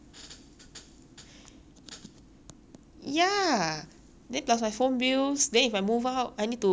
ya then plus my phone bills then if I move out I need to pay rent that's a thousand plus a month